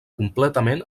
completament